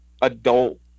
adult